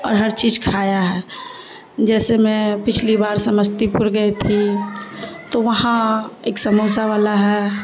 اور ہر چیز کھایا ہے جیسے میں پچھلی بار سمستی پور گئی تھی تو وہاں ایک سموسا والا ہے